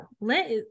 let